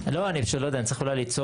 לא, אני לא ידוע, אני צריך אולי לצעוק.